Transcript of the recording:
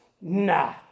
nah